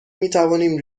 میتوانیم